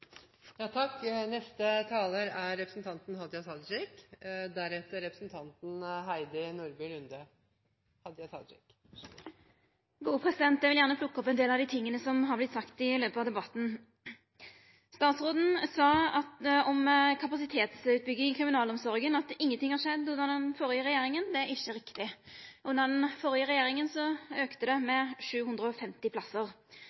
Eg vil gjerne plukka opp ein del av dei tinga som har vorte sagt i løpet av debatten. Statsråden sa om kapasitetsutbygging i kriminalomsorga at ingenting har skjedd under den førre regjeringa. Det er ikkje riktig. Under den førre regjeringa auka det med 750 plassar.